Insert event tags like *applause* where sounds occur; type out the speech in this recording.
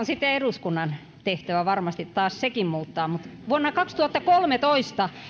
*unintelligible* sitten eduskunnan tehtävä varmasti taas sekin muuttaa vuonna kaksituhattakolmetoista